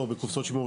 בקופסאות שימורים.